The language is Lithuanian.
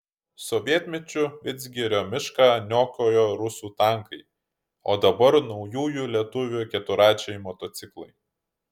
sovietmečiu vidzgirio mišką niokojo rusų tankai o dabar naujųjų lietuvių keturračiai motociklai